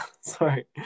sorry